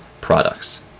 products